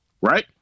right